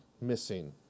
missing